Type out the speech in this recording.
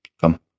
Come